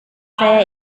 saya